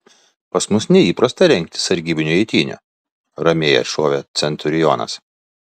pas mus neįprasta rengti sargybinių eitynių ramiai atšovė centurionas